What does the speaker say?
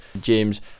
James